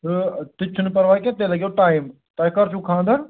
تہٕ تِتہٕ چھُنہٕ پَرواے کیٚنٛہہ تیٚلہِ لَگیو ٹایِم تۄہہِ کَر چھُو خانٛدَر